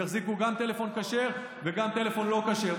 יחזיקו גם טלפון כשר וגם טלפון לא כשר.